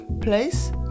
Place